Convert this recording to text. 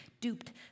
duped